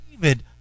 David